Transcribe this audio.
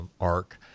arc